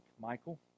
Michael